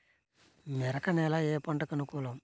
మెరక నేల ఏ పంటకు అనుకూలం?